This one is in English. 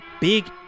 big